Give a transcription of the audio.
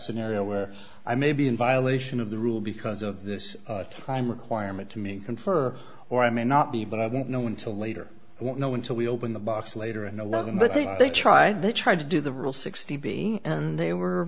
scenario where i may be in violation of the rule because of this time requirement to me confer or i may not be but i don't know until later won't know until we open the box later and eleven but i think they tried that tried to do the rule sixty b and they were